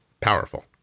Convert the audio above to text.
powerful